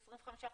25%,